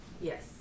Yes